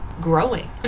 growing